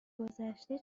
گذشته